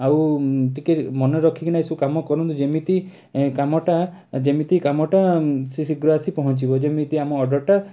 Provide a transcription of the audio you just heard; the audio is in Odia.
ଆଉ ଟିକିଏ ମନେ ରଖିକିନା ଏଇସବୁ କାମ କରନ୍ତୁ ଯେମିତି କାମଟା ଯେମିତି କାମଟା ସେ ଶୀଘ୍ର ଆସି ପହଞ୍ଚିବ ଯେମିତି ଆମ ଅର୍ଡ଼ରଟା